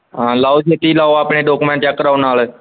ਹਾਂ ਲਗਾਓ ਛੇਤੀ ਲਗਾਓ ਆਪਣੇ ਡੋਕੂਮੈਂਟ ਚੈੱਕ ਕਰਾਓ ਨਾਲ